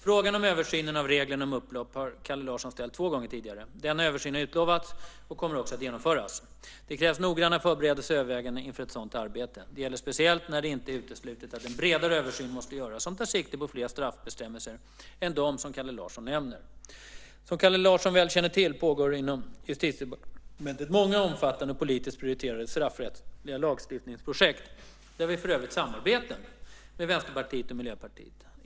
Frågan om översynen av reglerna om upplopp har Kalle Larsson ställt två gånger tidigare. Denna översyn har utlovats och kommer också att genomföras. Det krävs noggranna förberedelser och överväganden inför ett sådant arbete. Detta gäller speciellt när det inte är uteslutet att en bredare översyn måste göras som tar sikte på fler straffbestämmelser än de som Kalle Larsson nämner. Som Kalle Larsson väl känner till pågår inom Justitiedepartementet många omfattande och politiskt prioriterade straffrättsliga lagstiftningsprojekt där vi för övrigt samarbetar med Vänsterpartiet och Miljöpartiet.